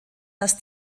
dass